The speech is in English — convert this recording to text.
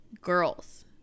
girls